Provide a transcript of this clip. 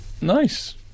Nice